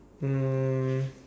um